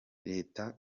leta